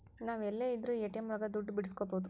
ನಾವ್ ಎಲ್ಲೆ ಇದ್ರೂ ಎ.ಟಿ.ಎಂ ಒಳಗ ದುಡ್ಡು ಬಿಡ್ಸ್ಕೊಬೋದು